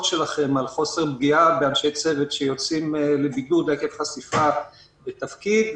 שלכם לגבי פגיעה באנשי צוות שיושבים לבידוד עקב חשיפה בתפקיד,